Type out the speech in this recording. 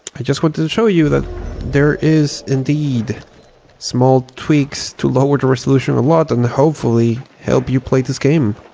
i just wanted to show you that there is indeed small tweaks to lower the resolution a lot and hopefully help you play this game.